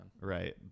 Right